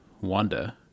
Wanda